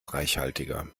reichhaltiger